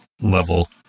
level